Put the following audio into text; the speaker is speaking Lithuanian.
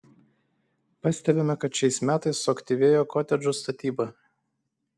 pastebime kad šiais metais suaktyvėjo kotedžų statyba